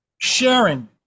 sharing